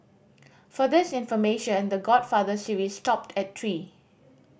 for this information The Godfather series stopped at three